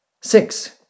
Six